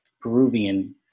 Peruvian